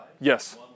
Yes